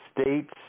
states